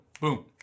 boom